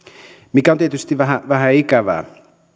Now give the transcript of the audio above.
mikä on tietysti vähän vähän ikävää